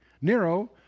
Nero